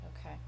Okay